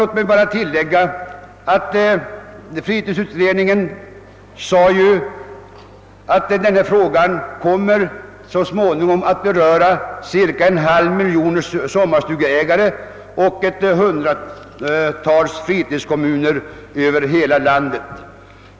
Låt mig bara tillägga att fritidsutredningen kom fram till att denna fråga så småningom skulle komma att beröra cirka en halv miljon sommarstugeägare och hundratals fritidskommuner över hela landet.